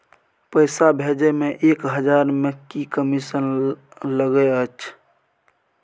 पैसा भैजे मे एक हजार मे की कमिसन लगे अएछ?